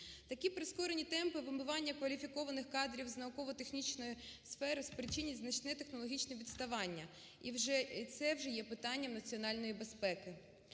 Такі прискорені темпи вимивання кваліфікованих кадрів з науково-технічної сфери спричинить значне технологічне відставання і це вже є питанням національної безпеки.